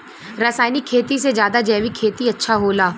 रासायनिक खेती से ज्यादा जैविक खेती अच्छा होला